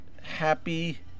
happy